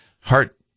heart